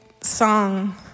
song